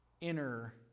inner